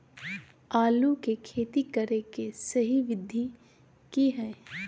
आलू के खेती करें के सही विधि की हय?